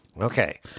Okay